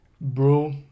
Bro